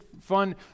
fun